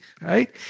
right